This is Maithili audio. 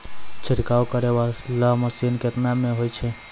छिड़काव करै वाला मसीन केतना मे होय छै?